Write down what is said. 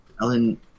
Ellen